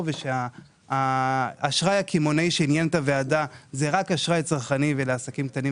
מדובר בחברות עם היקף נכסים משמעותי יחסית לחברה שקמה היום